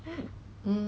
yeah